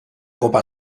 copa